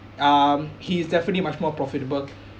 um he is definitely much more profitable